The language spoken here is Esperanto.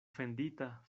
fendita